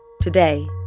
Today